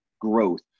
growth